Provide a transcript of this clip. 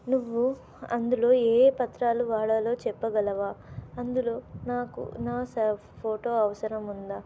నువ్వు అందులో ఏ పత్రాలు వాడాలో చెప్పగలవా అందులో నాకు నా స ఫోటో అవసరం ఉందా